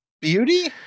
Beauty